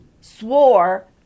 swore